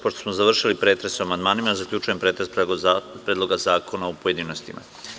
Pošto smo završili pretres o amandmanima, zaključujem pretres Predloga zakona u pojedinostima.